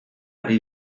ari